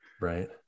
Right